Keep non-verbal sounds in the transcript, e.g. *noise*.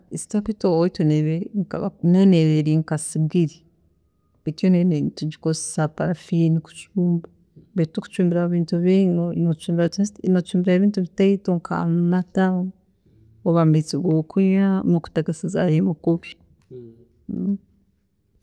Stove itwe oweitu neeba eriyo, nayo neeba eri nka sigiri baitu yo nitugikozesa na parafini kucumba, baitu titukucumbiraho ebintu bingi. Nocumbiraho just ebintu bitaito nka amata, oba amaizi gokunywa, nokutagasizaaaho emikubi. *hesitation*